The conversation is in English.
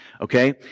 okay